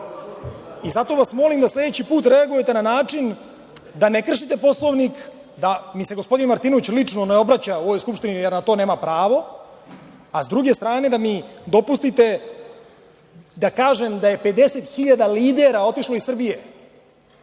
Zato vas molim da sledeći put reagujete na način da ne kršite Poslovnik, da mi se gospodin Martinović lično ne obraća u ovoj Skupštini, jer na to nema pravo, a s druge strane da mi dopustite da kažem da je 50.000 lidera otišlo iz Srbije.